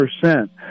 percent